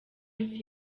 games